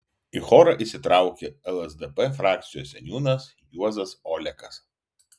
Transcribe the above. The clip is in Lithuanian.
į chorą įsitraukė lsdp frakcijos seniūnas juozas olekas